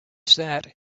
sat